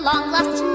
long-lost